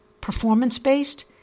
performance-based